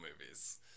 movies